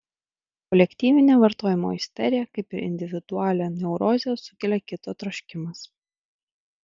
kolektyvinę vartojimo isteriją kaip ir individualią neurozę sukelia kito troškimas